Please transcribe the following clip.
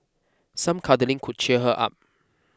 some cuddling could cheer her up